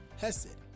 HESED